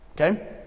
Okay